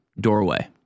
doorway